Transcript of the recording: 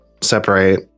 separate